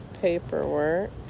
paperwork